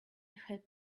had